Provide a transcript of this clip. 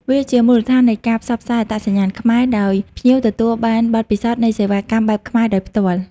វាជាមូលដ្ឋាននៃការផ្សព្វផ្សាយអត្តសញ្ញាណខ្មែរ ដោយភ្ញៀវទទួលបទពិសោធន៍នៃសេវាកម្មបែបខ្មែរដោយផ្ទាល់។